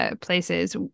places